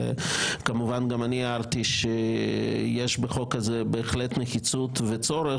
וכמובן גם אני הערתי שיש בחוק הזה בהחלט נחיצות וצורך.